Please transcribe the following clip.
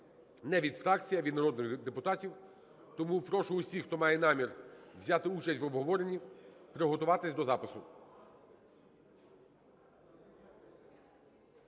не від фракцій, а від народних депутатів. Тому прошу усіх, хто має намір взяти участь в обговоренні, приготуватися до запису.